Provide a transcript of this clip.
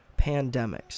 Pandemics